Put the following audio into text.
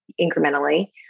incrementally